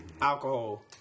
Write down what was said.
Alcohol